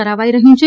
કરાવાઇ રહ્યું છે